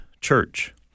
church